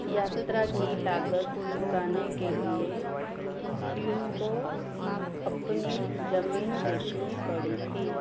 यात्रा की लागत चुकाने के लिए ह्यूम को अपनी ज़मीन बेचनी पड़ी थी